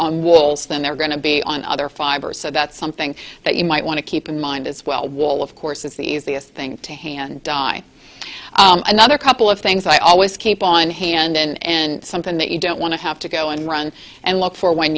walls than they're going to be on other fibers so that's something that you might want to keep in mind as well wall of course it's the easiest thing to hand by another couple of things i always keep on hand and something that you don't want to have to go and run and look for when